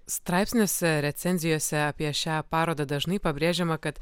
straipsniuose recenzijose apie šią parodą dažnai pabrėžiama kad